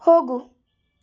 ಹೋಗು